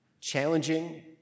challenging